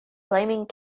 blaming